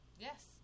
Yes